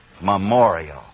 Memorial